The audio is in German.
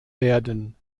werden